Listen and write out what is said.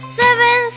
seven